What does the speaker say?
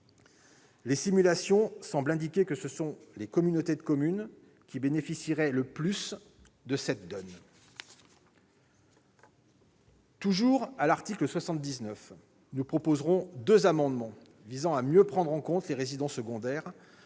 Les simulations semblent indiquer que ce sont les communautés de communes qui bénéficieraient le plus de cette donne. Toujours à l'article 79, nous défendrons deux amendements visant à mieux prendre en compte les résidents secondaires